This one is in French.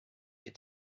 est